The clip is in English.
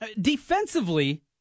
Defensively